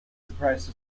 surprised